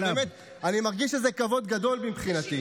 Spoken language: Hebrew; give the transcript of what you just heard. אני מרגיש שזה כבוד גדול מבחינתי.